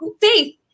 Faith